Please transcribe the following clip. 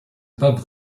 above